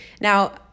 Now